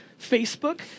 Facebook